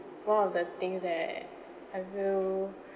one of the things that I feel